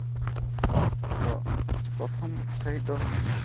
ᱛᱚ ᱯᱨᱚᱛᱷᱚᱢ ᱥᱟᱺᱦᱤᱡ ᱫᱚ